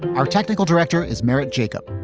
our technical director is merritt jacob.